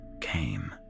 came